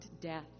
death